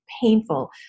painful